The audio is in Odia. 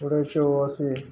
ଯୋଉଟାକି ଚଉରାଅଶୀ